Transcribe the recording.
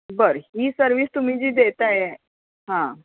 बरं ही सर्विस तुम्ही जी देत आहे हां